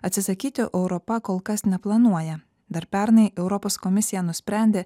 atsisakyti europa kol kas neplanuoja dar pernai europos komisija nusprendė